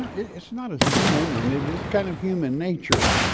it's not a sin and it is kind of human nature,